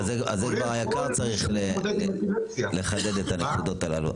--- זה כבר היק"ר צריך לחדד את הנקודות הללו.